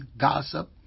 gossip